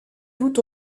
tout